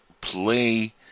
play